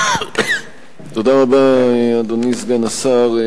תודה רבה, אדוני סגן השר.